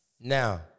Now